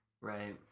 Right